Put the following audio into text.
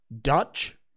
Dutch